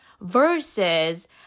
versus